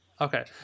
Okay